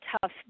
tough